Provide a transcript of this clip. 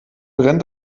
rennt